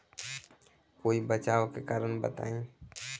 कोई बचाव के कारण बताई?